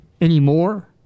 anymore